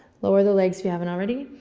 lower the legs if you haven't already.